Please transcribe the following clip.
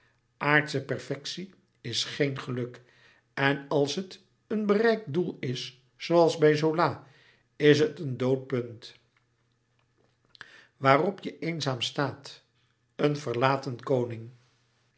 aardsche perfectie is geen geluk en als het een bereikt doel is zooals bij zola is het een dood punt waarop je eenzaam staat een verlaten koning